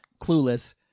clueless